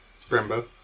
Brembo